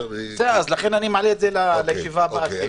אני מעלה את זה לישיבה הבאה.